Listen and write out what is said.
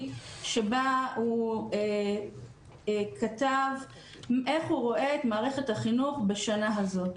שבה הוא כתב איך הוא רואה את מערכת החינוך בשנה הזאת.